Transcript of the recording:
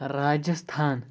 Rajasthan